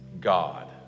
God